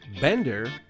Bender